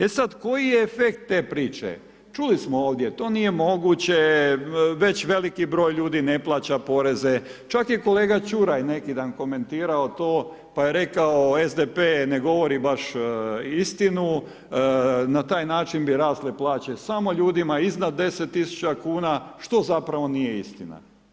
E sad koji je efekt te priče, čuli smo ovdje to nije moguće već veliki broj ljudi ne plaća poreze čak je kolega Čuraj neki dan komentirao to pa je rekao SDP ne govori baš istinu na taj način bi rasle plaće samo ljudima iznad 10.000 kuna što zapravo nije istina.